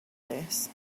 this